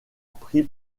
pris